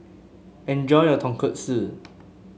enjoy your Tonkatsu